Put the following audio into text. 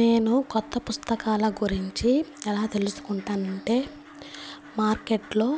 నేను కొత్త పుస్తకాల గురించి ఎలా తెలుసుకుంటానంటే మార్కెట్లో